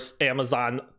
Amazon